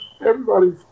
everybody's